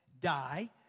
die